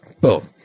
Boom